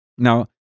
Now